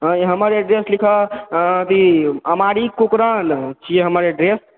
हँ हमर एड्रेस लिखऽ अऽ अथि अमाड़ि कुपरान छियै हमर एड्रेस